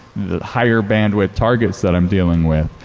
the higher bandwidth targets that i'm dealing with.